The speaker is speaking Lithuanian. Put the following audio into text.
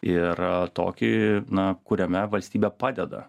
ir tokį na kuriame valstybė padeda